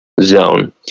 zone